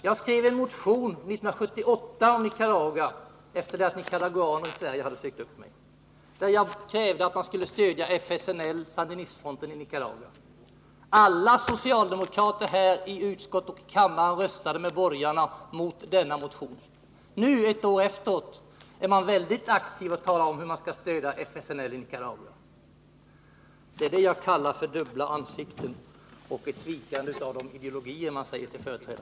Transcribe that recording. Jag skrev en motion 1978 om Nicaragua, efter det att nicaraguaner i Sverige hade sökt upp mig. Jag krävde där att man skulle stödja FSLN, sandinistfronten, i Nicaragua. Alla socialdemokrater både i utskottet och i kammaren röstade med borgarna mot denna motion. Nu ett år efteråt är man väldigt aktiv när det gäller att tala om hur man skall stödja FSLN i Nicaragua. Detta kallar jag för dubbla ansikten och ett svikande av de ideologier som man säger sig företräda.